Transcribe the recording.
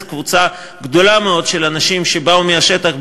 קבוצה גדולה מאוד של אנשים שבאו מהשטח,